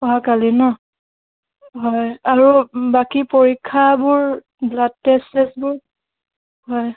অহা কালি ন হয় আৰু বাকী পৰীক্ষাবোৰ ব্লাড টেষ্ট চেষ্টবোৰ হয়